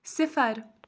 صِفر